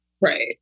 Right